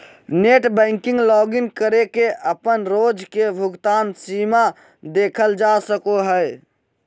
net banking login करके अपन रोज के भुगतान सीमा देखल जा सको हय